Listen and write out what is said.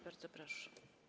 Bardzo proszę.